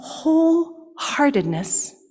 wholeheartedness